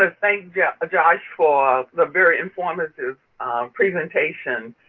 ah thank yeah josh for the very informative presentation.